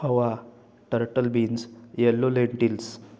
हवा turtle beans yellow lentils